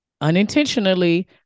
unintentionally